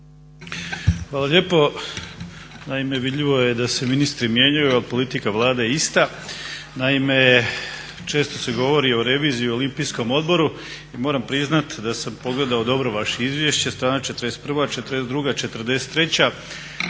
Hvala lijepo. Naime, vidljivo je da se ministri mijenjaju, a politika Vlade je ista. Naime, često se govori o reviziji u Olimpijskom odboru i moram priznati da sam pogledao dobro vaše izvješće, strana 41., 42., 43.